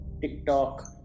TikTok